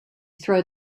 throw